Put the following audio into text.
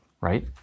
right